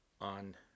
on